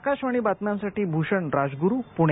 आकाशवाणी बातम्यांसाठी भूषण राजगुरू पुणे